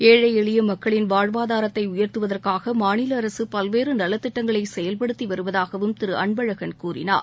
ஏழை எளிய மக்களின் வாழ்வாதாரத்தை உயர்த்துவதற்காக மாநில அரசு பல்வேறு நலத்திட்டங்களை செயல்படுத்தி வருவதாகவும் திரு அன்பழகன் கூறினார்